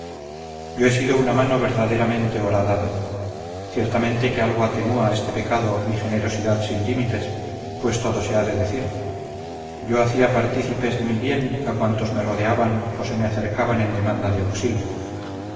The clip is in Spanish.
yo he sido una mano verdaderamente horadada ciertamente que algo atenúa este pecado mi generosidad sin límites pues todo se ha de decir yo hacía partícipes de mi bien a cuantos me rodeaban o se me acercaban en demanda de auxilio